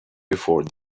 before